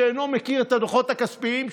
שאינו מכיר את הדוחות הכספיים,